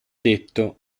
detto